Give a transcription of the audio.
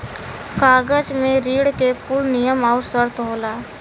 कागज मे ऋण के कुल नियम आउर सर्त होला